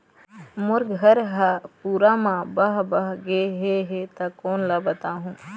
मोर घर हा पूरा मा बह बह गे हे हे ता कोन ला बताहुं?